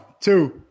two